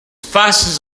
fast